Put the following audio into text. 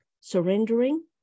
surrendering